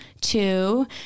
two